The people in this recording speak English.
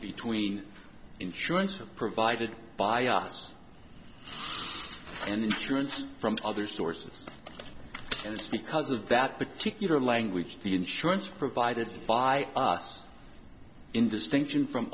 between insurance provided by us and insurance from other sources and because of that particular language the insurance provided by us in distinction from